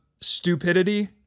stupidity